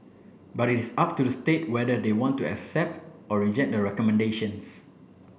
but it is up to the state whether they want to accept or reject the recommendations